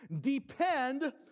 depend